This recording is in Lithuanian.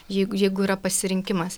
jeigu jeigu yra pasirinkimas